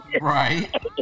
Right